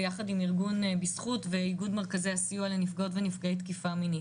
יחד עם אירגון "בזכות" ואיגוד מרכזי הסיוע לנפגעות ונפגעי תקיפה מינית.